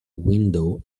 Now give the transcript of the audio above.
window